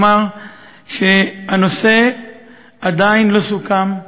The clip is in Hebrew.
שהנושא עדיין לא סוכם,